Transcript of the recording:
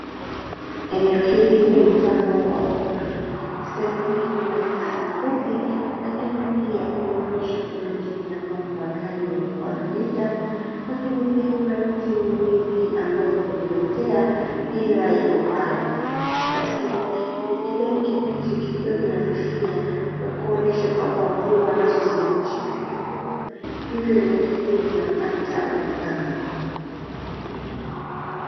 Eneo hili ni mfano wa pori; sehemu hii kuna nyasi fupi lakini pia kunaonyesha kuna njia ambapo magari yalikua yanapita, lakini pia kuna miti miwili ambayo imejiotea bila ya kupandwa. Katika eneo hili kijani kibichi kikiwa kinafifia na kuonyesha kwamba mvua nazo zimekwisha kupungua, hivyo eneo hili linapata ukame.